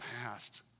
past